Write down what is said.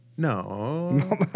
No